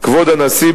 "כבוד הנשיא,